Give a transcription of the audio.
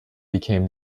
became